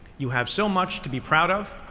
you have so much to be proud of,